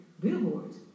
billboards